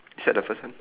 is that the first one